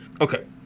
Okay